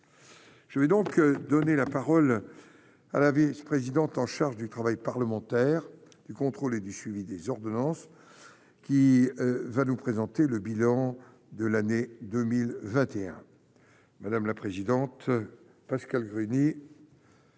je vais donc donner la parole à la vice-présidente en charge du travail parlementaire, du contrôle et du suivi des ordonnances qui va nous présenter le bilan de l'année 2021, madame la présidente, Pascale Gruny.